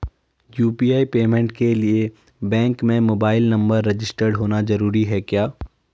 UPI payment के लिए bank में मोबाइल नंबर रजिस्टर्ड होना जरूरी है क्या?